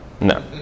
No